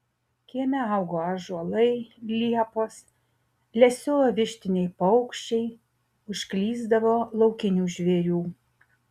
kieme augo ąžuolai liepos lesiojo vištiniai paukščiai užklysdavo laukinių žvėrių